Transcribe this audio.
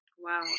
Wow